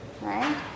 right